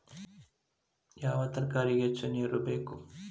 ಯಾವ ತರಕಾರಿಗೆ ಹೆಚ್ಚು ನೇರು ಬೇಕು?